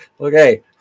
Okay